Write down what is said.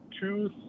two